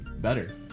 better